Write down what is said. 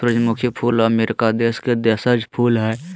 सूरजमुखी फूल अमरीका देश के देशज फूल हइ